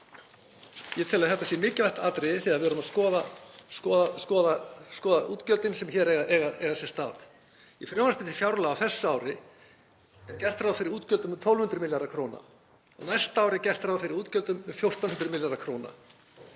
Ég tel að þetta sé mikilvægt atriði þegar við erum að skoða útgjöldin sem hér eru að eiga sér stað. Í frumvarpi til fjárlaga á þessu ári er gert ráð fyrir útgjöldum upp á um 1.200 milljarða kr. Á næsta ári er gert ráð fyrir útgjöldum upp á um 1.400 milljarða kr.